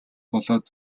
болоод